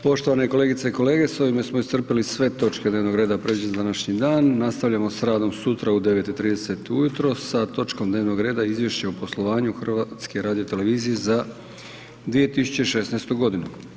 Poštovane kolegice i kolege, s ovime smo iscrpili sve točke dnevnog reda predviđene za današnji dan, nastavljamo s radom sutra u 9 i 30 ujutro sa točkom dnevnog reda Izvješće o poslovanju HRT-a za 2016. godinu.